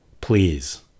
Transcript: Please